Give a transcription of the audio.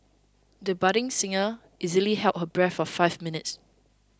the budding singer easily held her breath for five minutes